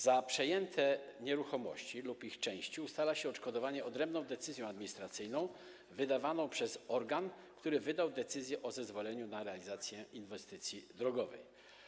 Za przejęte nieruchomości lub ich części ustala się odszkodowanie odrębną decyzją administracyjną wydawaną przez organ, który wydał decyzję o zezwoleniu na realizację inwestycji drogowej.